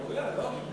ראויה, לא?